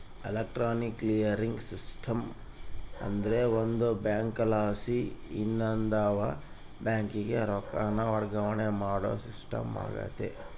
electronic clearing system ಅಂದ್ರ ಒಂದು ಬ್ಯಾಂಕಲಾಸಿ ಇನವಂದ್ ಬ್ಯಾಂಕಿಗೆ ರೊಕ್ಕಾನ ವರ್ಗಾವಣೆ ಮಾಡೋ ಸಿಸ್ಟಮ್ ಆಗೆತೆ